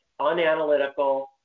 unanalytical